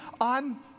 on